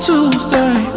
Tuesday